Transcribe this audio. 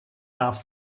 darf